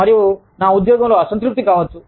మరియు నేను నా ఉద్యోగంలో అసంతృప్తి కావచ్చు